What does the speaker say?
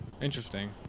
interesting